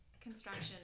construction